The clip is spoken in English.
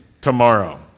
tomorrow